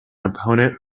opponent